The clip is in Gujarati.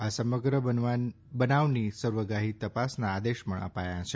આ સમગ્ર બનાવની સર્વગાહી તપાસના આદેશ પણ અપાયા છે